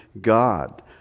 God